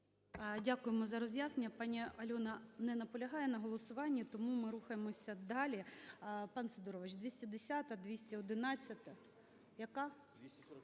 Дякуємо за роз'яснення. ПаніАльона не наполягає на голосуванні, тому ми рухаємося далі.